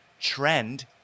trend